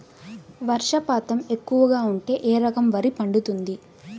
వర్షపాతం ఎక్కువగా ఉంటే ఏ రకం వరి పండుతుంది?